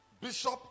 bishop